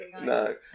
No